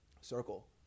circle